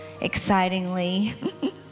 excitingly